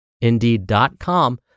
Indeed.com